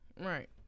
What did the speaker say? Right